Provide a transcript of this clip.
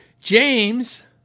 James